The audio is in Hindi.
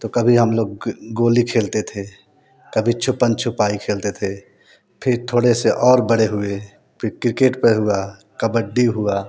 तो कभी लोग गोली खेलते थे कभी छुपन छुपाई खेलते थे फिर थोड़े से और बड़े हुए फिर क्रिकेट पे हुआ कबड्डी हुआ